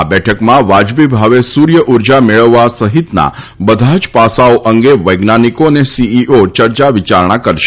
આ બેઠકમાં વાજબી ભાવે સૂર્ય ઊર્જા મેળવવા સહિતના બધા જ પાસાઓ અંગે વૈજ્ઞાનિકો તથા સીઈઓ ચર્ચા વિયારણા કરશે